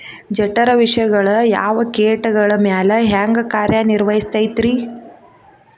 ಜಠರ ವಿಷಗಳು ಯಾವ ಕೇಟಗಳ ಮ್ಯಾಲೆ ಹ್ಯಾಂಗ ಕಾರ್ಯ ನಿರ್ವಹಿಸತೈತ್ರಿ?